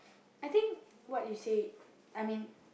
I think what you say I mean